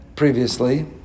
Previously